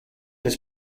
his